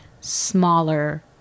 smaller